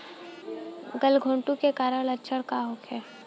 गलघोंटु के कारण लक्षण का होखे?